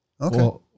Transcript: Okay